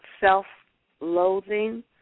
self-loathing